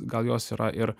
gal jos yra ir